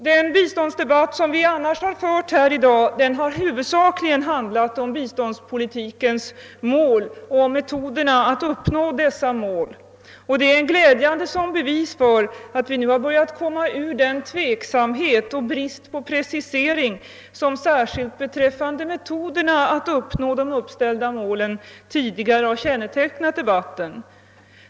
Den biståndsdebatt som har förts här i dag har huvudsakligen handlat om biståndspolitikens mål och om metoderna för att uppnå dessa mål. Detta är glädjande som bevis för att vi nu har börjat komma ur den tveksamhet och brist på precisering som särskilt beträffande metoderna tidigare har kännetecknat debatten.